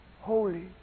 holy